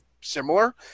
similar